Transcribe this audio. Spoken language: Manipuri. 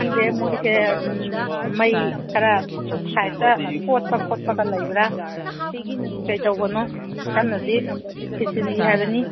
ꯈꯪꯗꯦ ꯃꯣꯏꯁꯦ ꯃꯩ ꯈꯔ ꯁꯥꯏꯠꯇ ꯀꯣꯠꯄ ꯈꯣꯠꯄꯒ ꯂꯩꯕ꯭ꯔꯥ ꯀꯩꯗꯧꯕꯅꯣ ꯀꯟꯅꯗꯤ ꯊꯤꯖꯤꯜꯂꯤ ꯍꯥꯏꯕꯅꯤ